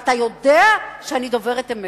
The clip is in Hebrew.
ואתה יודע שאני דוברת אמת,